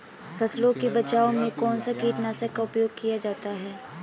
फसलों के बचाव में कौनसा कीटनाशक का उपयोग किया जाता है?